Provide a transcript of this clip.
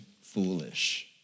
foolish